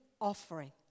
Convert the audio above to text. offering